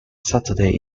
saturday